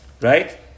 right